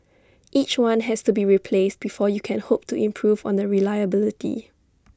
each one has to be replaced before you can hope to improve on the reliability